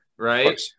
right